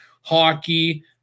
hockey